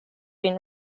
been